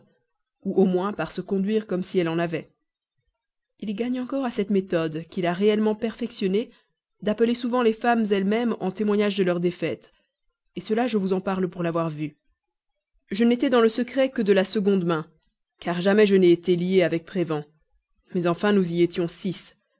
ou au moins par se conduire comme si elle en avait il gagne encore à cette méthode qu'il a réellement perfectionnée d'appeler souvent les femmes elles-mêmes en témoignage de leur défaite cela je vous en parle pour l'avoir vu je n'étais dans le secret que de la seconde main car jamais je n'ai été lié avec prévan mais enfin nous y étions six